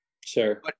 Sure